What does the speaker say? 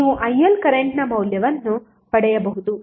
ನೀವು ILಕರೆಂಟ್ನ ಮೌಲ್ಯವನ್ನು ಪಡೆಯಬಹುದು